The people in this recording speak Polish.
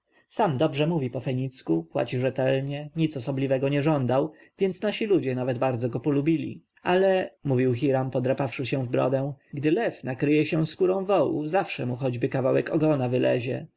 sam dobrze mówi po fenicku płaci rzetelnie nic osobliwego nie żądał więc nasi ludzie nawet bardzo go polubili ale mówił hiram podrapawszy się w brodę gdy lew nakryje się skórą wołu zawsze mu choćby kawałek ogona wylezie